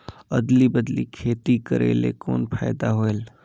अदली बदली खेती करेले कौन फायदा होयल?